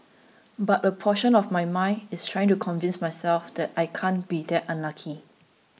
but a portion of my mind is trying to convince myself that I can't be that unlucky